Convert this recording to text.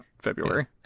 february